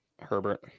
Herbert